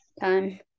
time